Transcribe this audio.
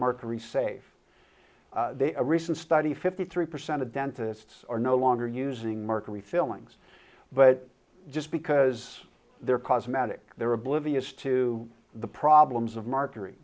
mercury safe they are a recent study fifty three percent of dentists are no longer using mercury fillings but just because they're cosmetic they're oblivious to the problems of mar